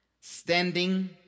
standing